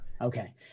Okay